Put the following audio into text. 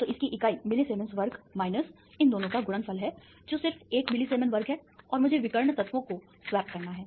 तो इसकी इकाई मिलिसिएमेंस वर्ग माइनस इन दोनों का गुणनफल है जो सिर्फ 1 मिलीसीमेंस वर्ग है और मुझे विकर्ण तत्वों को स्वैप करना है